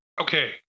okay